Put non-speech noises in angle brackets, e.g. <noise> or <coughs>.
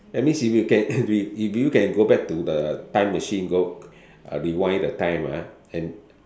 that means if you can <coughs> if if you if you can go back to the time machine go uh rewind the time ah and